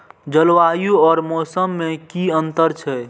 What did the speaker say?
जलवायु और मौसम में कि अंतर छै?